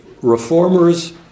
reformers